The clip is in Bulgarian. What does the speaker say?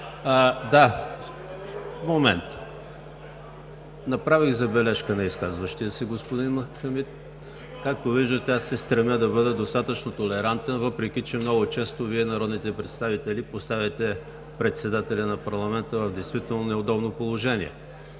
Хамид. Направих забележка на изказващия се, господин Хамид. Както виждате аз се стремя да бъда достатъчно толерантен, въпреки че много често Вие, народните представители, поставяте председателя на парламента в действително неудобно положение.